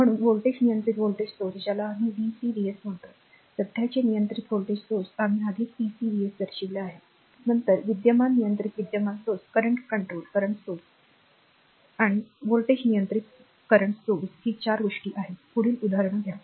म्हणून व्होल्टेज नियंत्रित व्होल्टेज स्त्रोत ज्याला आम्ही VCVSम्हणतो सध्याचे नियंत्रित व्होल्टेज स्त्रोत आम्ही आधीच CCVS दर्शविला आहे नंतर विद्यमान नियंत्रित वर्तमान स्त्रोत CCCS आणि व्होल्टेज नियंत्रित वर्तमान स्रोत VCCS ही चार गोष्टी आहेत पुढील उदाहरण घ्या